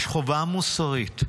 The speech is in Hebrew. יש חובה מוסרית.